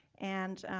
and